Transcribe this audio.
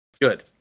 good